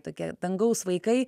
tokie dangaus vaikai